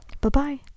Bye-bye